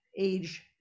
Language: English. age